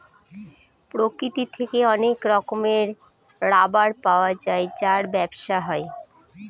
প্রকৃতি থেকে অনেক রকমের রাবার পাওয়া যায় যার ব্যবসা হয়